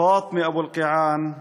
פאטמה אבו אלקיעאן,